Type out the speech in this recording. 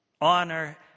Honor